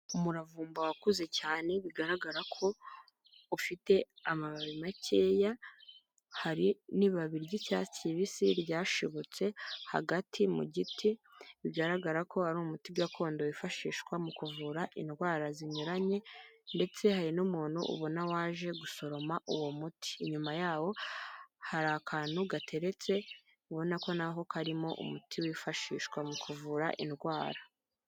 Umuravumba wakuze cyane bigaragara ko ufite amababi makeya hari n'ibabi ry'icyatsi kibisi ryashibutse hagati mu giti, bigaragara ko ari umuti gakondo wifashishwa mu kuvura indwara zinyuranye ndetse hari n'umuntu ubona waje gusoroma uwo muti nyuma yawo hari akantu gateretse ubona ko naho karimo umuti wifashishwa mu kuvura indwara.